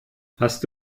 hast